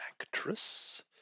actress